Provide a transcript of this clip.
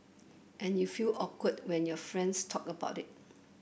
and you feel awkward when your friends talk about it